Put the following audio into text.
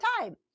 time